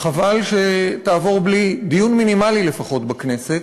חבל שתעבור בלי דיון מינימלי לפחות בכנסת.